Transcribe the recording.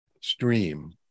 Stream